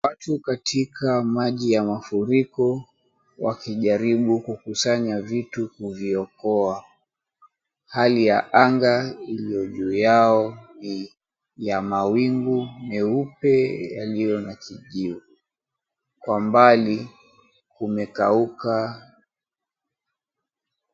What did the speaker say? Watu katika maji ya mafuriko wakijaribu kukusanya vitu kuviokoa. Hali ya anga iliyo juu yao ni ya mawigu meupe yaliyo na kijivu. Kwa mbali kumekauka.